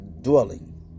dwelling